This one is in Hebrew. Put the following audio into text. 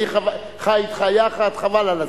אני חי אתך יחד, חבל על הזמן.